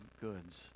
goods